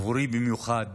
עבורי במיוחד.